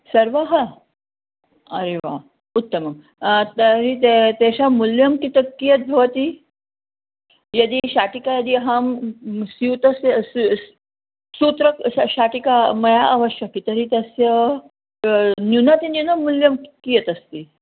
सर्वः एव उत्तमं तर्हि त तेषां मूल्यं किं तत् कियद् भवति यदि शाटिका यदि अहं स्यूतस्य स् स् सूत्रं श शाटिका मया आवश्यकी तर्हि तस्याः न्यूनातिन्यूनं मूल्यं कियत् अस्ति